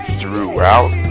throughout